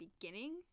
beginning